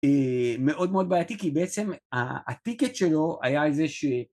מאוד מאוד בעייתי, כי בעצם, הטיקט שלו היה איזה ש...